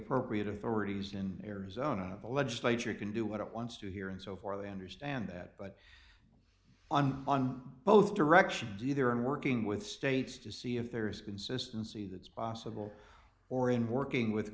appropriate authorities in arizona the legislature can do what it wants to here and so far they understand that but on on both directions either i'm working with states to see if there is consistency that's possible or in working with